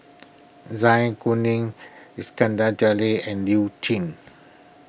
Zai Kuning Iskandar Jalil and Liu